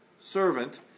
servant